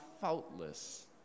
faultless